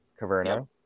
Caverna